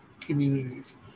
communities